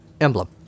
emblem